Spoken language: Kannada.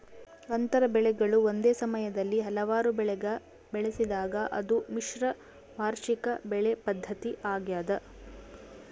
ಅಂತರ ಬೆಳೆಗಳು ಒಂದೇ ಸಮಯದಲ್ಲಿ ಹಲವಾರು ಬೆಳೆಗ ಬೆಳೆಸಿದಾಗ ಅದು ಮಿಶ್ರ ವಾರ್ಷಿಕ ಬೆಳೆ ಪದ್ಧತಿ ಆಗ್ಯದ